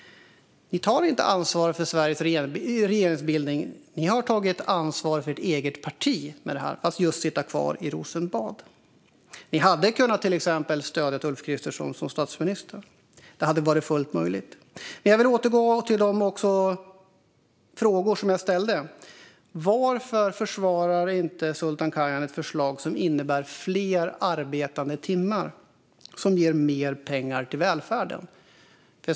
Ni tar inte ansvar för Sveriges regeringsbildning med det här; ni har tagit ansvar för ert eget parti när det gäller att få sitta kvar i Rosenbad. Ni hade till exempel kunnat stödja Ulf Kristersson som statsminister. Det hade varit fullt möjligt. Jag vill återgå till den fråga som jag ställde: Varför försvarar inte Sultan Kayhan ett förslag som innebär fler arbetade timmar, som ger mer pengar till välfärden?